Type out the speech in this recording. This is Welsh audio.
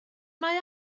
mae